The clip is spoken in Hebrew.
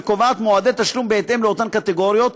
וקובעת מועדי תשלום בהתאם לאותן קטגוריות,